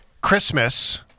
Christmas